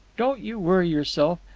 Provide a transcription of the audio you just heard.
don't you worry yourself.